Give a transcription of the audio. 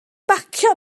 bacio